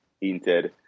Inter